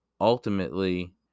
ultimately